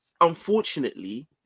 Unfortunately